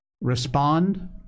respond